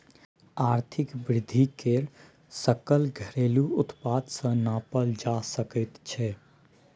आर्थिक वृद्धिकेँ सकल घरेलू उत्पाद सँ नापल जा सकैत छै